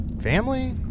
Family